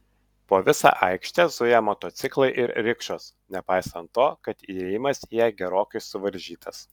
po visą aikštę zuja motociklai ir rikšos nepaisant to kad įėjimas į ją gerokai suvaržytas